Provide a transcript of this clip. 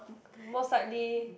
most likely